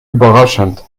überraschend